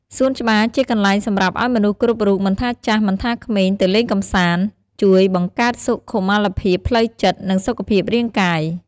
សួនច្បារជាកន្លែងសម្រាប់ឲ្យមនុស្សគ្រប់រូប មិនថាចាស់ មិនថាក្មេងទៅលេងកំសាន្ត ជួយបង្កើតសុខុមាលភាពផ្លូវចិត្ត និងសុខភាពរាងកាយ។